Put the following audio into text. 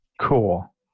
Cool